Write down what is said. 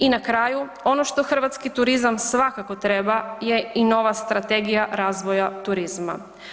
I na kraju, ono što hrvatski turizam svakako treba je i nova Strategija razvoja turizma.